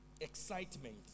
excitement